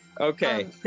Okay